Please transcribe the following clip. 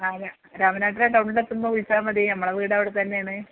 രാമനാട്ടുകര ടൗണിലെത്തുമ്പോൾ വിളിച്ചാൽമതി നമ്മുടെ വീട് അവിടെത്തനെയാണ്